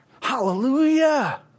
Hallelujah